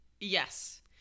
Yes